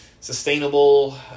sustainable